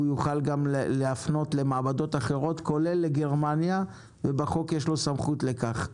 הוא יוכל גם להפנות למעבדות אחרות כולל לגרמניה ובחוק יש לו סמכות לכך,